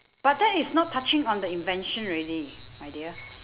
but that is not touching on the invention already my dear